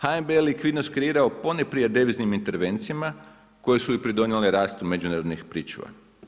HNB je likvidnost kreirao ponajprije deviznim intervencijama koje su i pridonijele rastu međunarodnih pričuva.